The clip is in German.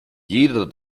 jeder